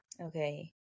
Okay